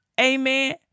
Amen